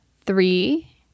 three